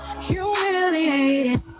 Humiliated